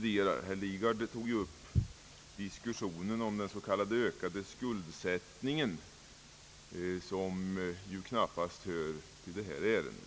Herr Lidgard tog upp diskussionen om den s.k. ökade skuldsättningen inom studiemedelssystemet, något som knappast hör till detta ärende.